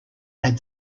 had